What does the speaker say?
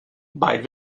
bei